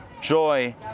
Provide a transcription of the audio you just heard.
Joy